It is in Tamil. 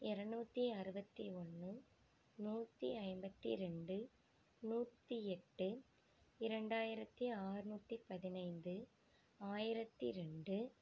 இரநூத்தி அறுபத்தி ஒன்று நூற்றி ஐம்பத்து ரெண்டு நூற்றி எட்டு இரண்டாயிரத்து ஆற்நூற்றி பதினைந்து ஆயிரத்து ரெண்டு